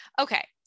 okay